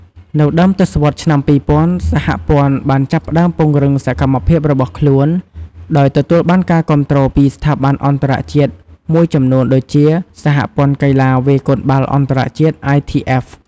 នៅដើមទសវត្សរ៍ឆ្នាំ ២០០០ សហព័ន្ធបានចាប់ផ្តើមពង្រឹងសកម្មភាពរបស់ខ្លួន ដោយទទួលបានការគាំទ្រពីស្ថាប័នអន្តរជាតិមួយចំនួនដូចជា សហព័ន្ធកីឡាវាយកូនបាល់អន្តរជាតិ ITF។